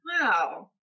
Wow